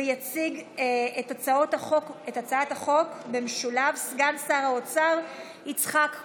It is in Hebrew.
ויציג את הצעת החוק במשולב סגן שר האוצר יצחק כהן.